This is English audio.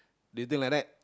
do you think like that